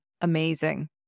amazing